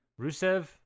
Rusev